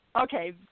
okay